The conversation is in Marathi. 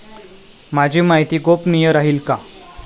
माझी माहिती गोपनीय राहील का?